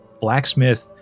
blacksmith